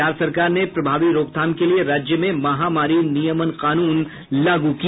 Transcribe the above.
बिहार सरकार ने प्रभावी रोकथाम के लिए राज्य में महामारी नियमन कानून लागू किया